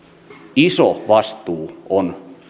iso vastuu on